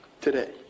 Today